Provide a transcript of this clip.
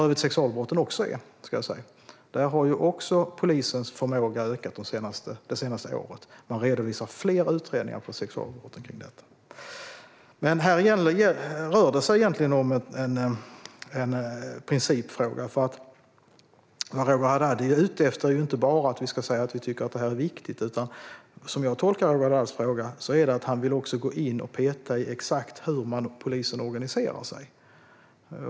Även sexualbrott är en sådan kategori brott där polisens förmåga har ökat det senaste året. Man redovisar fler utredningar om sexualbrott. Här rör det sig egentligen om en principfråga. Vad Roger Haddad är ute efter är inte bara att vi ska säga att vi tycker att detta är viktigt. Som jag tolkar Roger Haddads fråga vill han också gå in och peta i exakt hur polisen organiserar sig.